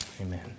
Amen